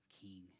King